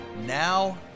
Now